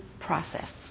process